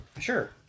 Sure